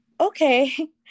okay